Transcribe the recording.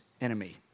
enemy